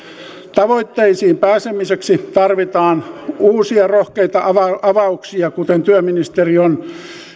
tavoitteisiin pääsemiseksi tarvitaan uusia rohkeita avauksia kuten työministeri on